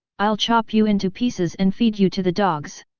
i'll chop you into pieces and feed you to the dogs!